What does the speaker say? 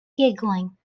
giggling